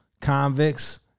convicts